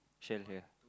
shell here